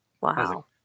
Wow